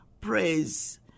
praise